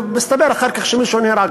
ומסתבר אחר כך שמישהו נהרג.